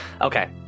Okay